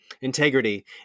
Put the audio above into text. integrity